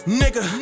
nigga